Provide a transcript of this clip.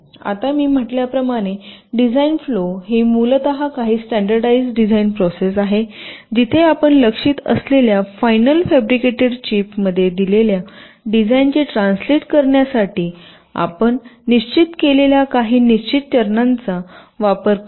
आता मी म्हटल्याप्रमाणे डिझाइन फ्लो ही मूलत काही स्टॅण्डर्डायझ डिझाइन प्रोसेस आहे जिथे आपण लक्ष्यित असलेल्या फायनल फॅब्रिकेटेड चिपमध्ये दिलेल्या डिझाइनचे ट्रान्सलेट करण्यासाठी आपण निश्चित केलेल्या काही निश्चित चरणांचा वापर कराल